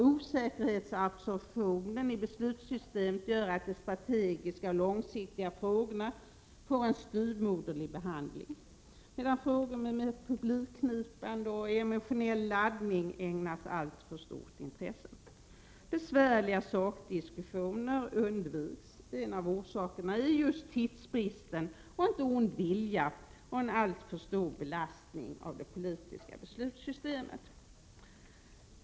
Osäkerhetsabsorptionen i beslutssystemet gör att de strategiska och långsiktiga frågorna får en styvmoderlig behandling, medan frågor med mer publikknipande och emotionell laddning ägnas alltför stort intresse. Besvärliga sakdiskussioner undviks. En av orsakerna är just tidsbristen — inte ond vilja — och en alltför stor belastning av det politiska beslutssystemet.